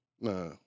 nah